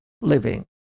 living